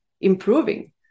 improving